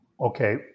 Okay